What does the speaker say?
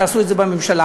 תעשו את זה בממשלה.